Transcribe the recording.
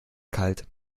kalt